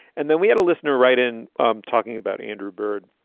and then we had a listener right, in um talking about andrew bird,